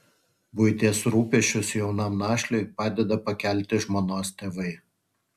buities rūpesčius jaunam našliui padeda pakelti žmonos tėvai